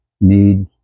need